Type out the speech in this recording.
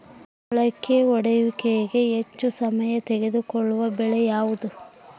ಮೊಳಕೆ ಒಡೆಯುವಿಕೆಗೆ ಹೆಚ್ಚು ಸಮಯ ತೆಗೆದುಕೊಳ್ಳುವ ಬೆಳೆ ಯಾವುದು?